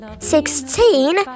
Sixteen